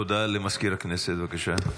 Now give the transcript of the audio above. הודעה למזכיר הכנסת, בבקשה.